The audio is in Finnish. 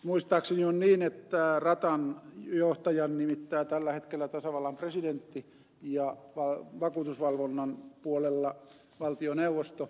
muistaakseni on niin että ratan johtajan nimittää tällä hetkellä tasavallan presidentti ja vakuutusvalvonnan puolella valtioneuvosto